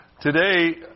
Today